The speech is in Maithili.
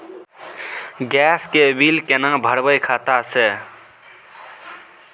गैस के बिल केना भरबै खाता से?